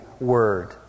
word